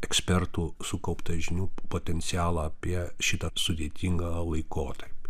ekspertų sukauptą žinių potencialą apie šitą sudėtingą laikotarpį